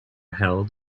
held